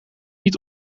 niet